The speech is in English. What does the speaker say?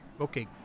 Okay